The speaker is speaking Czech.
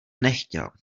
nechtěl